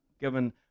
given